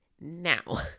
Now